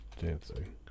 Dancing